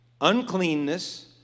Uncleanness